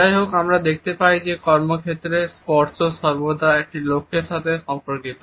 যাই হোক আমরা দেখতে পাই যে কর্মক্ষেত্রে স্পর্শ সর্বদা একটি লক্ষ্যের সাথে সম্পর্কিত